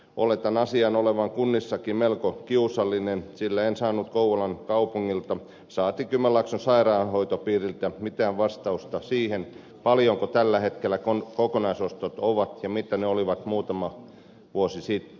oletan asian olevan kunnissakin melko kiusallinen sillä en saanut kouvolan kaupungilta saati kymenlaakson sairaanhoitopiiriltä mitään vastausta siihen paljonko tällä hetkellä kokonaisostot ovat ja mitä ne olivat muutama vuosi sitten